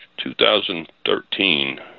2013